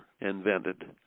invented